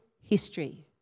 history